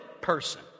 person